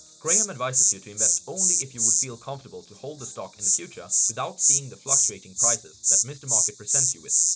graham advises you to invest only if you would feel comfortable to hold the stock in the future without seeing the fluctuating prices that mr. market presents you with.